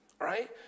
right